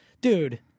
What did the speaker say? Dude